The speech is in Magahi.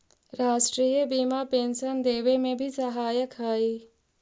राष्ट्रीय बीमा पेंशन देवे में भी सहायक हई